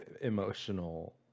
emotional